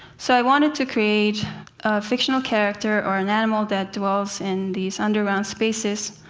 so i wanted to create a fictional character or an animal that dwells in these underground spaces,